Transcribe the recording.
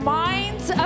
minds